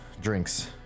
Drinks